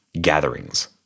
gatherings